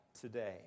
today